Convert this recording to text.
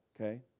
okay